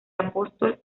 apóstol